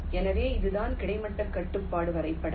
எனவே இதுதான் கிடைமட்ட கட்டுப்பாட்டு வரைபடம்